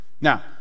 Now